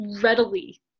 readily